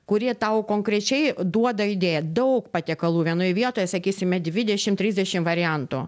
kurie tau konkrečiai duoda idėją daug patiekalų vienoj vietoj sakysime dvidešim trisdešim variantų